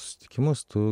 susitikimus tu